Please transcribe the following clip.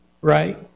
right